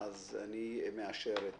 אני מאשר את